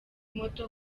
moto